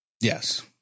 Yes